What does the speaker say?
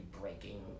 breaking